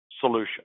solution